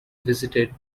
visited